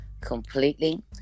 completely